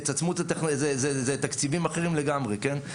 התעצמות זה תקציבים אחרים לגמרי, כן?